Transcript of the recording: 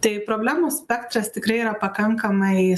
tai problemų spektras tikrai yra pakankamai